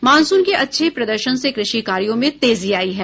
monsoon के अच्छे प्रदर्शन से कृषि कार्यों में तेजी आयी है